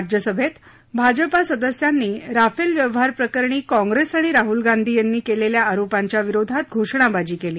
राज्यसभेत भाजपा सदस्यांनी राफेल व्यवहार प्रकरणी काँग्रेस आणि राहूल गांधी यांनी केलेल्या आरोपांच्या विरोधात घोषणाबाजी केली